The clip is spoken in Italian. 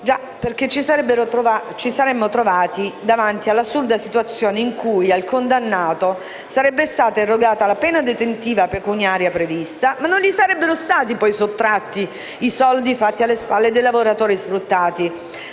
Ci saremmo trovati infatti davanti all'assurda situazione in cui al condannato sarebbe stata irrogata la pena detentiva pecuniaria prevista, ma non gli sarebbero stati poi sottratti i soldi fatti alle spalle dei lavoratori sfruttati,